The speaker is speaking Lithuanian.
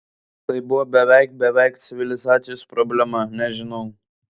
tai buvo beveik beveik civilizacijos problema nežinau